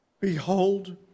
Behold